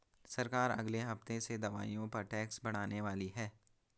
सरकार अगले हफ्ते से दवाइयों पर टैक्स बढ़ाने वाली है